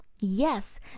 Yes